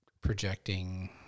projecting